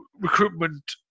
Recruitment